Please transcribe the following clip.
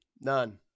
None